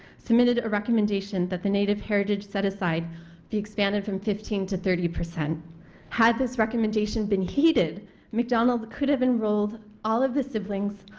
submitted a recommendation that the native heritage set aside the expanded from fifteen to thirty. had this recommendation been heated mcdonald could've enrolled all of the siblings,